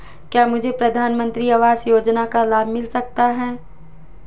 क्या मुझे प्रधानमंत्री आवास योजना का लाभ मिल सकता है?